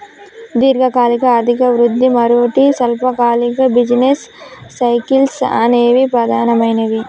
దీర్ఘకాలిక ఆర్థిక వృద్ధి, మరోటి స్వల్పకాలిక బిజినెస్ సైకిల్స్ అనేవి ప్రధానమైనవి